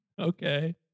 Okay